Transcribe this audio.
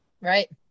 right